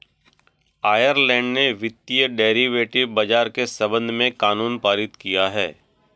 Ireland ने वित्तीय derivative बाजार के संबंध में कानून पारित किया है